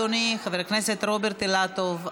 אדוני חבר הכנסת רוברט אילטוב,